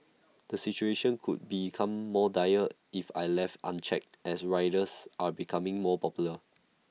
the situation could become more dire if I left unchecked as riders are becoming more popular